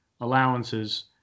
allowances